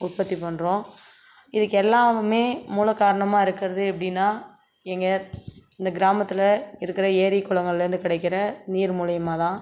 உற்பத்தி பண்ணுறோம் இதுக்கு எல்லாமுமே மூலக்காரணமாக இருக்கிறது எப்படின்னா எங்கள் இந்த கிராமத்தில் இருக்கிற ஏரி குளங்கள்லேருந்து கிடைக்கிற நீர் மூலியமாதான்